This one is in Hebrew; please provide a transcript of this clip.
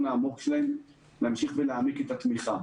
העמוק שלהם להמשיך ולהעמיק את התמיכה.